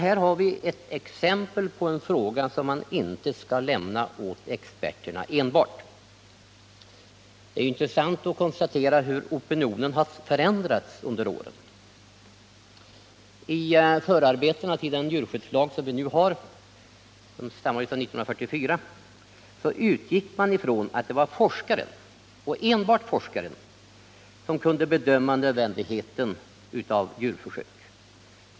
Här har vi ett exempel på en fråga som man inte skall lämna enbart åt experterna. Det är intressant att konstatera hur opinionen har förändrats under åren. I förarbetena till den djurskyddslag som vi nu har den stammar från 1944 — utgick man från att det var forskaren, och endast forskaren, som kunde bedöma nödvändigheten av djurförsök.